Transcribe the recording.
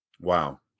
Wow